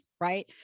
right